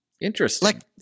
Interesting